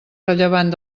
rellevant